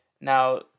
Now